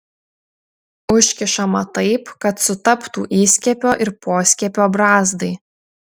užkišama taip kad sutaptų įskiepio ir poskiepio brazdai